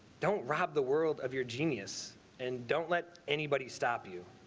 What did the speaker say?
don't rob the world of your genius and don't let anybody stop you.